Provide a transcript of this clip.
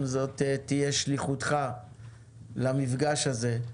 זאת תהיה שליחותך למפגש הזה.